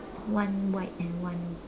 one white and one